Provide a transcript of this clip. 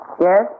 Yes